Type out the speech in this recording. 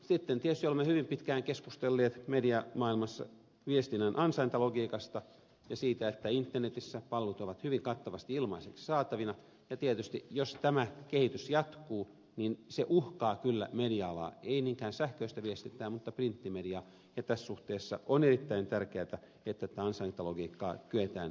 sitten tietysti olemme hyvin pitkään keskustelleet mediamaailmassa viestinnän ansaintalogiikasta ja siitä että internetissä palvelut ovat hyvin kattavasti ilmaiseksi saatavina ja tietysti jos tämä kehitys jatkuu niin se uhkaa kyllä media alaa ei niinkään sähköistä viestintää mutta printtimediaa ja tässä suhteessa on erittäin tärkeätä että tätä ansaintalogiikkaa kyetään kehittämään